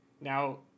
now